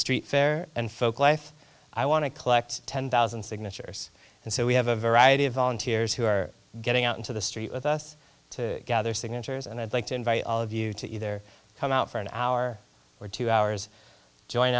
street fair and folk life i want to collect ten thousand signatures and so we have a variety of volunteers who are getting out into the street with us to gather signatures and i'd like to invite all of you to either come out for an hour or two hours join